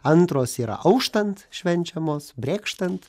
antros yra auštant švenčiamos brėkštant